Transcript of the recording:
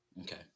Okay